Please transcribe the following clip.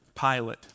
Pilate